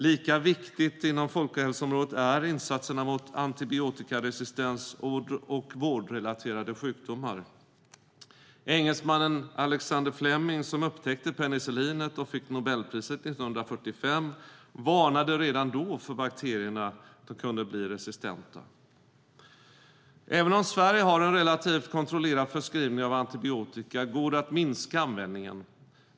Lika viktigt inom folkhälsoområdet är insatserna mot antibiotikaresistens och mot vårdrelaterade sjukdomar. Engelsmannen Alexander Fleming som upptäckte penicillinet och fick Nobelpriset 1945 varnade redan då för att bakterierna kunde bli resistenta. Även om Sverige har en relativt kontrollerad förskrivning av antibiotika går det att minska användningen.